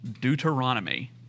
Deuteronomy